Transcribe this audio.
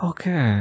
Okay